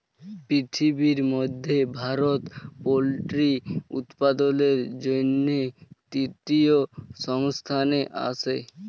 পিরথিবির ম্যধে ভারত পোলটিরি উৎপাদনের জ্যনহে তীরতীয় ইসথানে আসে